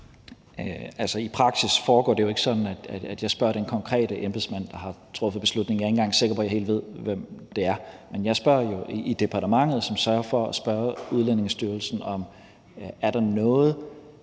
I praksis foregår det jo ikke sådan, at jeg spørger den konkrete embedsmand, der har truffet beslutningen. Jeg er ikke engang sikker på, at jeg helt ved, hvem det er. Men jeg spørger jo i departementet, som sørger for at spørge Udlændingestyrelsen, om der er noget